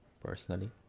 personally